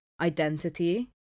Identity